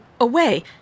away